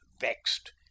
vexed